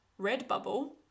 Redbubble